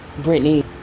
Britney